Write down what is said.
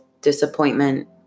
disappointment